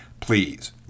Please